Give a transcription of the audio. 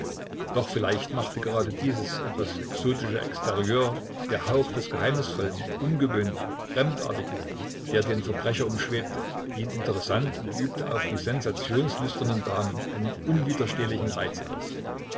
doch vielleicht machte gerade dieses etwas exotische exterieur der hauch des geheimnisvollen ungewöhnlichen fremdartigen der den verbrecher umschwebte ihn interessant und übte auf die sensationslüsternen damen einen unwiderstehlichen reiz aus